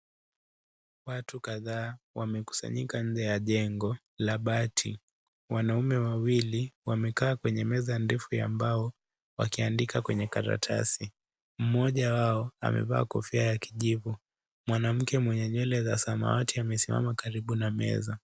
Watu kadhaa wamekusanyika nje ya jengo la bati. Wanaume wawili wamekaa kwenye meza ndefu ya mbao wakiandika kwenye karatasi mmoja wao amevaa kofia ya kijivu mwanamke mwenye nywele za samawati amesimama karibu na meza.